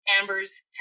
Amber's